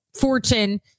fortune